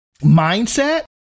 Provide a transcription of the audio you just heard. mindset